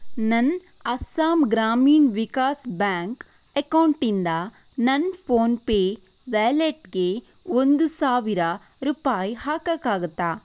ನನ್ನ ಅಸ್ಸಾಂ ಗ್ರಾಮೀಣ್ ವಿಕಾಸ್ ಬ್ಯಾಂಕ್ ಎಕೌಂಟಿಂದ ನನ್ನ ಫೋನ್ಪೇ ವ್ಯಾಲೆಟ್ಗೆ ಒಂದು ಸಾವಿರ ರೂಪಾಯಿ ಹಾಕಕ್ಕಾಗತ್ತಾ